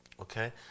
Okay